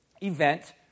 event